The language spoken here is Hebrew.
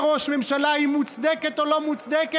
ראש ממשלה היא מוצדקת או לא מוצדקת.